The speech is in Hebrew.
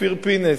אופיר פינס,